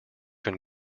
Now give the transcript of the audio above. can